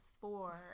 four